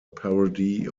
parody